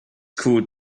called